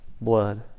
blood